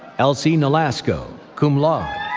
elsie nolasco, cum laude.